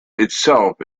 itself